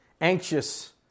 anxious